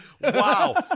wow